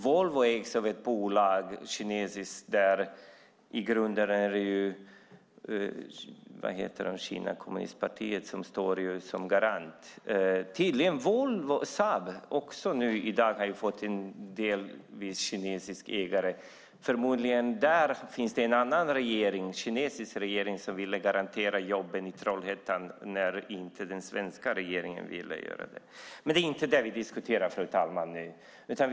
Volvo ägs av ett kinesiskt bolag, där det i grunden är det kinesiska kommunistpartiet som står som garant. Saab har också nu i dag fått en delvis kinesisk ägare. Förmodligen finns det en annan regering, den kinesiska, som ville garantera jobben i Trollhättan när inte den svenska regeringen ville göra det. Men det är inte det vi diskuterar, fru talman.